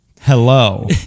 Hello